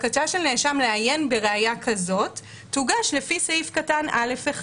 בקשה של נאשם לעיין בראיה כזאת "תוגש לפי סעיף קטן (א1)".